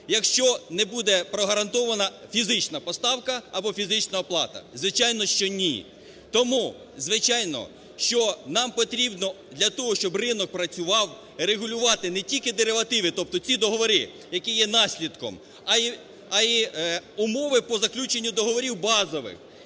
якщо не буде прогарантована фізична поставка або фізична оплата? Звичайно, що ні. Тому звичайно, що нам потрібно для того, щоб ринок працював, регулювати не тільки деривативи, тобто ці договори, які є наслідком, а й умови по заключенню договорів базових